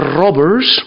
robbers